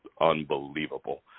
unbelievable